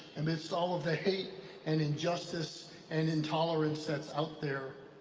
amidst all of the hate and injustice and intolerance that's out there.